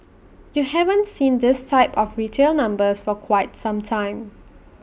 you haven't seen this type of retail numbers for quite some time